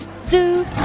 Zoo